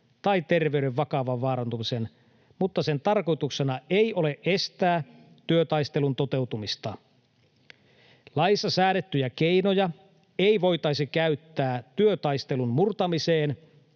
tai terveyden vakavan vaarantumisen, mutta sen tarkoituksena ei ole estää työtaistelun toteutumista. Laissa säädettyjä keinoja ei voitaisi käyttää työtaistelun murtamiseen